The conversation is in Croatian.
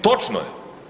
Točno je.